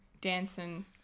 dancing